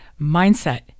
mindset